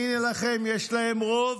הינה לכם, יש להם רוב.